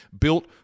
built